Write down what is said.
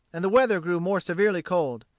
and the weather grew more severely cold.